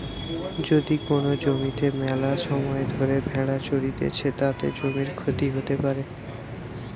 যদি কোন জমিতে মেলাসময় ধরে ভেড়া চরতিছে, তাতে জমির ক্ষতি হতে পারে